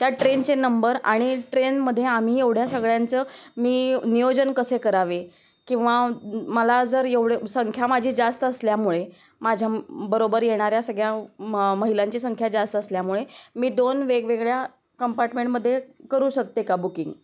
त्या ट्रेनचे नंबर आणि ट्रेनमध्ये आम्ही एवढ्या सगळ्यांचं मी नियोजन कसे करावे किंवा मला जर एवढे संख्या माझी जास्त असल्यामुळे माझ्याबरोबर येणाऱ्या सगळ्या म महिलांची संख्या जास्त असल्यामुळे मी दोन वेगवेगळ्या कंपार्टमेंटमध्ये करू शकते का बुकिंग